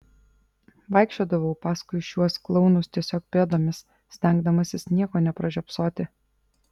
vaikščiodavau paskui šiuos klounus tiesiog pėdomis stengdamasis nieko nepražiopsoti